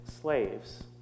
slaves